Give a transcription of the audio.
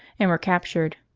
and were cap tured.